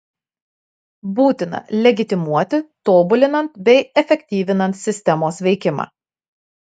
būtina legitimuoti tobulinant bei efektyvinant sistemos veikimą